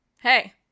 hey